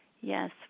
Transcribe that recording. Yes